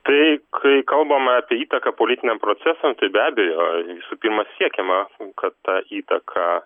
tai kai kalbama apie įtaką politiniam procesam tai be abejo visų pirma siekiama kad ta įtaka